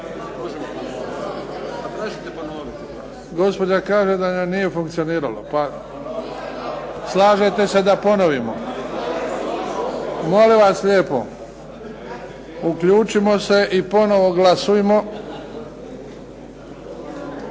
Gospođa kaže da nije funkcioniralo. Slažete se da ponovimo? Molim vas lijepo uključimo se i ponovno glasujmo.